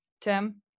Tim